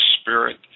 spirit